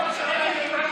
יש דם ודם?